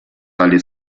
tale